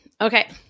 Okay